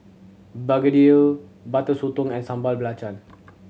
begedil Butter Sotong and Sambal Belacan